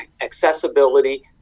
accessibility